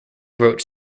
wrote